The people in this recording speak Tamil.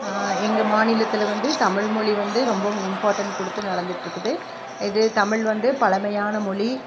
எங்கள் மாநிலத்தில் வந்து தமிழ்மொழி வந்து ரொம்பவும் இம்பார்ட்டண்ட் கொடுத்து நடந்துகிட்டு இருக்குது இதே தமிழ் வந்து பழமையான மொழி